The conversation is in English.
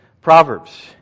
Proverbs